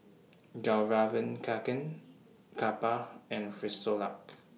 Fjallraven Kanken Kappa and Frisolac